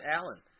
Allen